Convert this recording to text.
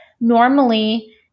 normally